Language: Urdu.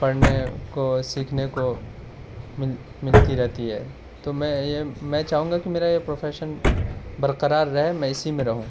پڑھنے کو سیکھنے کو مل ملتی رہتی ہے تو میں یہ میں چاہوں گا کہ میرا یہ پروفیشن برقرار رہے میں اسی میں رہوں